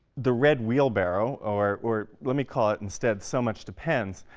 the red wheelbarrow, or or let me call it instead so much depends,